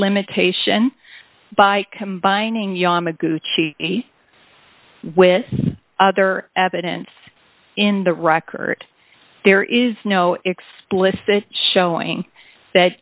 limitation by combining yamaguchi with other evidence in the record there is no explicit showing that